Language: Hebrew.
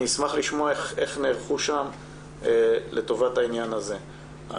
אני אשמח לשמוע איך נערכו שם לטובת העניין הזה.